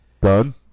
Done